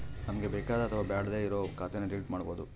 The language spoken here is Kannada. ನಮ್ಗೆ ಬೇಕಾದ ಅಥವಾ ಬೇಡ್ಡೆ ಇರೋ ಖಾತೆನ ಡಿಲೀಟ್ ಮಾಡ್ಬೋದು